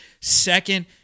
Second